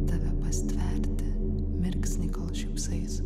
tave pastverti mirksnį kol šypsais